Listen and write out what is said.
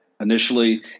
Initially